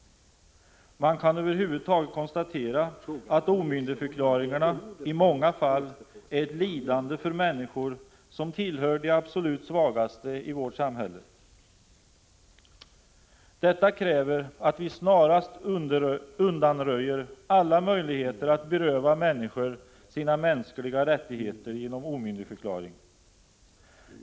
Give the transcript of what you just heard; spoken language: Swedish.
Man kan över huvud taget konstatera att omyndigförklaringarna, i många fall, är ett lidande för människor som tillhör de absolut svagaste i vårt samhälle. Detta kräver att vi snarast undanröjer alla möjligheter att beröva människor deras mänskliga rättigheter genom omyndigförklaring.